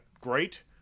great